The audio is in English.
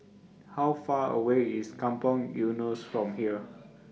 How Far away IS Kampong Eunos from here